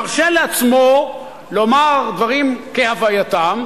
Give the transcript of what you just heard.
מרשה לעצמו לומר דברים כהווייתם,